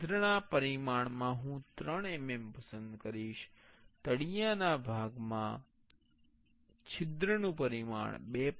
છિદ્રના પરિમાણ માં હું 3 mm પસંદ કરીશ તળિયાના ભાગમાં છિદ્રનું પરિમાણ 2